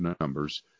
numbers